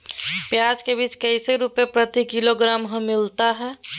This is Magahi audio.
प्याज के बीज कैसे रुपए प्रति किलोग्राम हमिलता हैं?